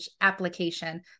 application